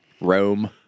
Rome